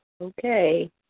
Okay